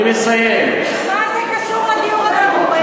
אני מסיים, מה זה קשור לדיור הציבורי?